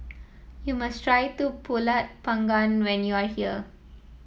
you must try pulut panggang when you are here